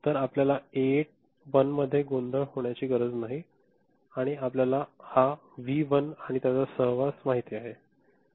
तर आपल्याला A1 मध्ये गोंधळ होण्याची गरज नाही आणि आपल्याला हा व्ही 1 आणि त्यांचा सहवास माहित आहे